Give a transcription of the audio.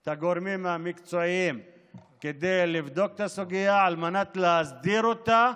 את הגורמים המקצועיים לבדוק את הסוגיה על מנת להסדיר אותה,